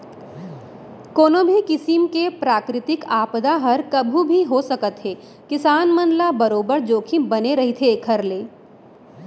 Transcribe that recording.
कोनो भी किसिम के प्राकृतिक आपदा हर कभू भी हो सकत हे किसान मन ल बरोबर जोखिम बने रहिथे एखर ले